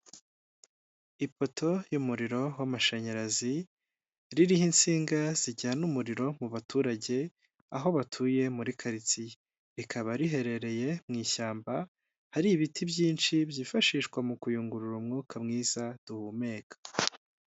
Ipoto y'umuriro w'amashanyarazi, ririho insinga zijyana umuriro mu baturage aho batuye muri karitsiye. Rikaba riherereye mu ishyamba hari ibiti byinshi byifashishwa mu kuyungurura umwuka mwiza duhumeka.